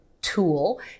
tool